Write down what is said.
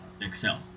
excel